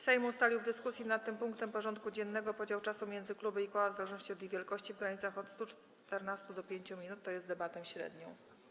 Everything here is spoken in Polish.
Sejm ustalił w dyskusji nad tym punktem porządku dziennego podział czasu pomiędzy kluby i koła, w zależności od ich wielkości, w granicach od 114 do 5 minut, tj. debatę średnią.